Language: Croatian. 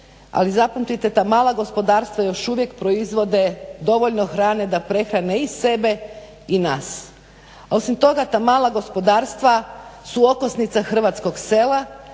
Ali zapamtite ta mala gospodarstva još uvijek proizvode dovoljno hrane da prehrane i sebe i nas. Osim toga ta mala gospodarstva su okosnica hrvatskog sela